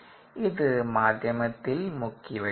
ഇത് മാധ്യമത്തിൽ മുക്കി വെക്കുന്നു